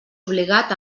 obligat